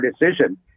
decision